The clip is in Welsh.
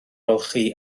olchi